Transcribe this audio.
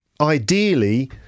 ideally